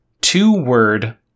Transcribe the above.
two-word